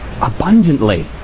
abundantly